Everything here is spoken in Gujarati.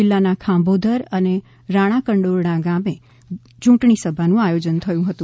જિલ્લાના ખાંભોધર અને રાણાકંડોરણા ગામે ચૂંટણી સભાનું આયોજન કરાયું હતું